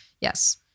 Yes